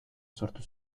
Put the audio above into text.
sortu